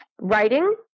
writing